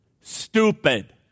Stupid